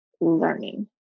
learning